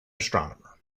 astronomer